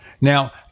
Now